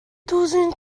doesn’t